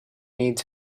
needs